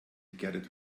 gerrit